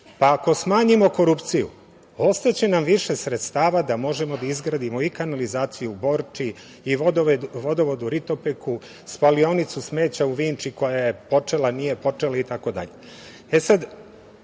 Ako smanjimo korupciju ostaće nam više sredstava da možemo da izgradimo i kanalizaciju u Borči i vodovod u Ritopeku, spalionicu smeća u Vinči koja je počela, nije počela itd.